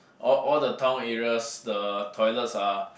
all all the town areas the toilets are